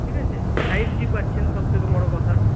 ঠিক আছে five G পাচ্ছেন সব থেকে বড়ো কথা